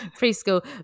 preschool